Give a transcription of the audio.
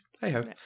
hey-ho